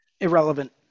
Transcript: Irrelevant